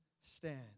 stand